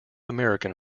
american